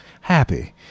happy